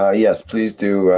ah yes please do.